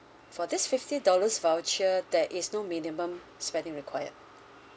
for this fifty dollars voucher there is no minimum spending required